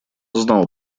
знал